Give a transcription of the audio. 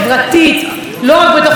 לא רק בתוך הקמפוס גם מחוצה לו.